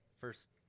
first